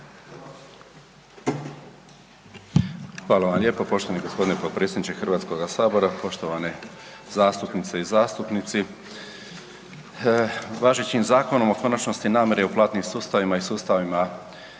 Hvala vam lijepo poštovani gospodine potpredsjedniče Hrvatskog sabora. Poštovane zastupnice i zastupnici, važećim Zakonom o konačnosti namire u platnim sustavima i sustavima